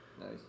Nice